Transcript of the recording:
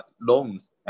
loans